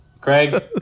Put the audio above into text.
Craig